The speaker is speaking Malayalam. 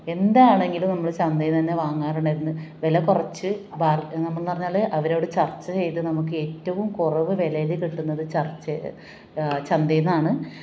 എന്താണെങ്കിലും നമ്മൾ ചന്തയിൽ നിന്നുതന്നെ വാങ്ങാറുണ്ടായിരുന്നു വില കുറച്ച് ബാർ നമ്മൾ എന്ന് പറഞ്ഞാൽ അവരോട് ചർച്ച ചെയ്ത് നമുക്ക് ഏറ്റവും കുറവ് വിലയിൽ കിട്ടുന്നത് ചർച്ച ചന്തയിൽ നിന്നാണ്